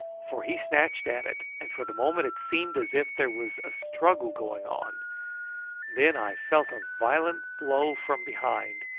for he snatched at it, and for the moment it seemed as if there was a struggle going on then i felt a violent blow from behind,